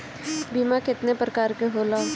बीमा केतना प्रकार के होला?